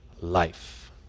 life